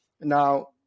now